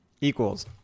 equals